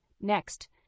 Next